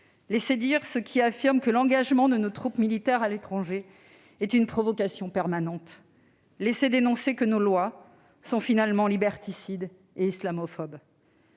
laissé dire ceux qui affirment que l'engagement de nos troupes militaires à l'étranger est une provocation permanente. Nous avons laissé dénoncer ceux qui prétendent que nos lois sont finalement liberticides et islamophobes.